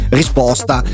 risposta